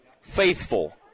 faithful